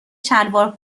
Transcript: شلوار